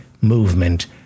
movement